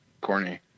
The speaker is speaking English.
corny